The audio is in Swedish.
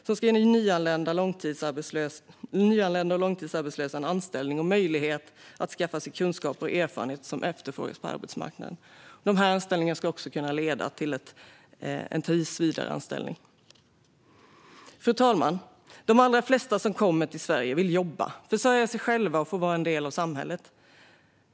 Det ska ge nyanlända och långtidsarbetslösa en anställning och möjlighet att skaffa sig kunskaper och erfarenheter som efterfrågas på arbetsmarknaden. Dessa anställningar ska också kunna leda till en tillsvidareanställning. Fru talman! De allra flesta som kommer till Sverige vill jobba, försörja sig själva och vara en del av samhället.